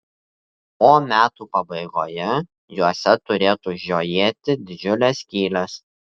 o metų pabaigoje juose turėtų žiojėti didžiulės skylės